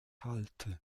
halte